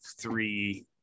three